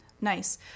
nice